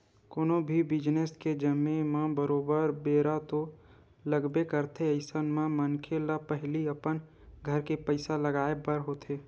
कोनो भी बिजनेस के जमें म बरोबर बेरा तो लगबे करथे अइसन म मनखे ल पहिली अपन घर के पइसा लगाय बर होथे